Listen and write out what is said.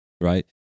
right